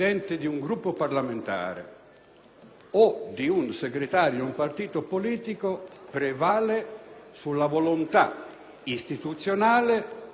o di un Segretario di partito politico prevalga sulla volontà istituzionale del Parlamento.